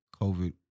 COVID